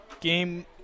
Game